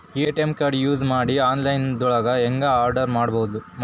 ATM card use ಮಾಡಿ online ದೊಳಗೆ ಹೆಂಗ್ ಆರ್ಡರ್ ಮಾಡುದು?